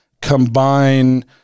combine